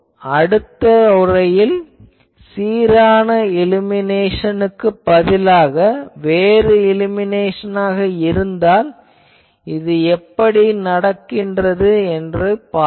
அடுத்ததில் சீரான இலுமினேஷனுக்குப் பதிலாக வேறு இலுமினேஷனாக இருந்தால் இது எப்படி நடந்து கொள்கிறது என்று பார்ப்போம்